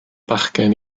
bachgen